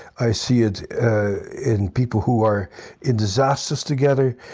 i see it in people who are in disasters together.